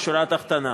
בשורה התחתונה.